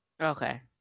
Okay